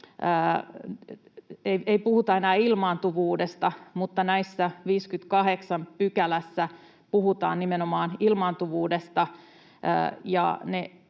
ei puhuta enää ilmaantuvuudesta, mutta 58 §:ssä puhutaan nimenomaan ilmaantuvuudesta,